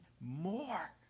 more